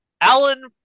Alan